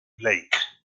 blake